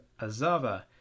Azava